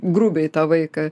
grubiai tą vaiką